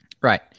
Right